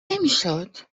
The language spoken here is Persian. نمیشد